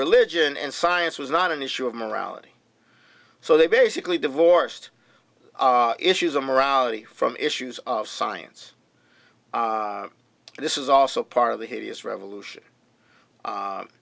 religion and science was not an issue of morality so they basically divorced issues of morality from issues of science this is also part of the hideous revolution